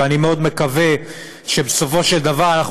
ואני מאוד מקווה שבסופו של דבר אנחנו